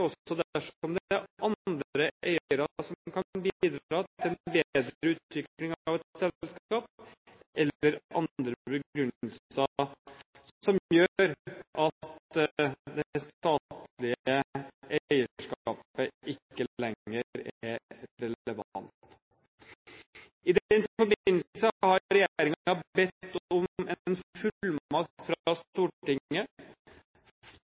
også dersom det er andre eiere som kan bidra til en bedre utvikling av et selskap, eller det er andre begrunnelser som gjør at det statlige eierskapet ikke lenger er relevant. I den forbindelse har regjeringen bedt om en fullmakt fra